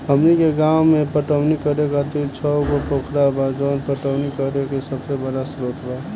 हमनी के गाँव में पटवनी करे खातिर छव गो पोखरा बा जवन पटवनी करे के सबसे बड़ा स्रोत बा